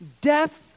Death